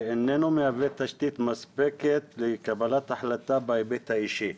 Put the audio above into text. שאיננו מהווה תשתית מספקת לקבלת החלטה בהיבט האישי.